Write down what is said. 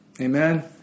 Amen